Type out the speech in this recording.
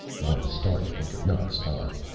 once started, he could not stop.